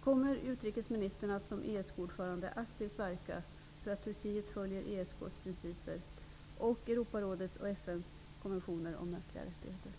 Kommer utrikesministern, som ESK-orförande, att aktivt verka för att Turkiet skall följa ESK:s principer och Europarådets och FN:s konventioner om mänskliga rättigheter?